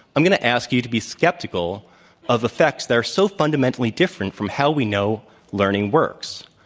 i'm going to ask you to be skeptical of effects that are so fundamentally different from how we know learning works.